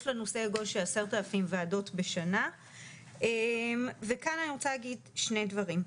יש לנו סדר גודל של 10,000 ועדות בשנה וכאן אני רוצה להגיד שני דברים: